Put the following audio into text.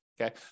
Okay